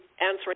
answering